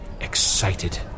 excited